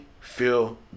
feel